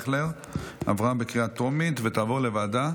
בקריאה טרומית ותעבור לוועדת